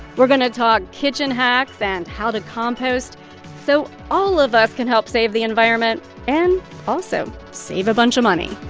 we're going to talk kitchen hacks and how to compost so all of us can help save the environment and also save a bunch of money